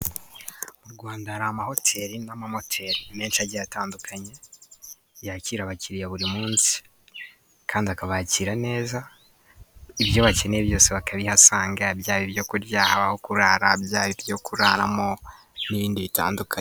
Mu Rwanda hari amahoteri n'amamoteri menshi agiye atandukanye. Yakira abakiriya buri munsi. Kandi akabakira neza, ibyo bakeneye byose bakabihasanga, byaba ibyo kurya, haba aho kurara, byaba ibyo kuraramo, n'ibindi bitandukanye.